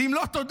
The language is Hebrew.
ואם לא תודה,